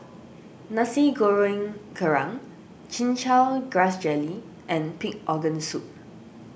Nasi Goreng Kerang Chin Chow Grass Jelly and Pig Organ Soup